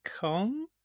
Kong